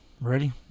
Ready